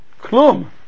Klum